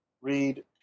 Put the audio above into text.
read